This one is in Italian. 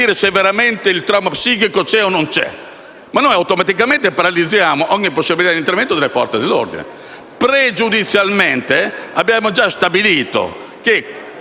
se veramente il trauma psichico c'è o no; ma noi automaticamente paralizziamo ogni possibilità di intervento delle Forze dell'ordine. Pregiudizialmente abbiamo già stabilito che,